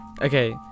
Okay